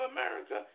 America